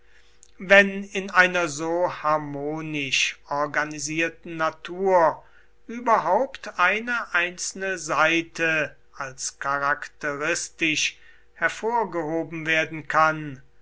wenn in einer so harmonisch organisierten natur überhaupt eine einzelne seite als charakteristisch hervorgehoben werden kann